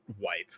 wipe